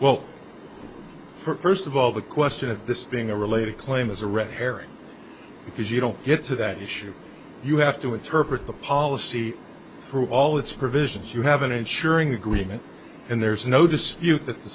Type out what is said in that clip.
percival the question of this being a related claim is a red herring because you don't get to that issue you have to interpret the policy through all its provisions you have an ensuring agreement and there's no dispute that the